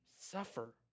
suffer